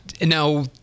Now